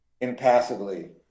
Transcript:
Impassively